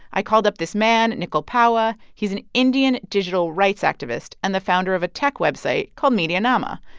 i called up this man, nikhil pahwa. he's an indian digital rights activist and the founder of a tech website called medianama.